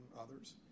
others